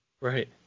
Right